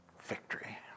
victory